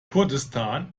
kurdistan